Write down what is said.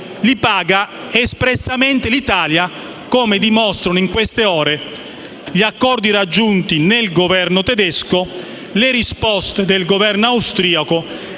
li paga espressamente l'Italia, come dimostrano in queste ore gli accordi raggiunti nel Governo tedesco, le risposte del Governo austriaco